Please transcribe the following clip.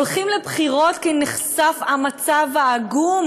הולכים לבחירות כי נחשף המצב העגום